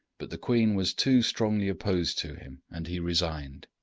but the queen was too strongly opposed to him, and he resigned.